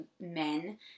men